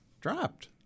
dropped